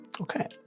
Okay